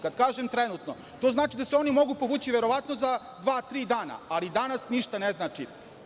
Kada kažem trenutno, to znači da se ona mogu povući verovatno za dva, tri dana, ali, danas ništa ne znači.